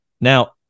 now